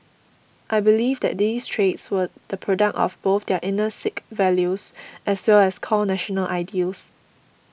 I believe that these traits were the product of both their inner Sikh values as well as core national ideals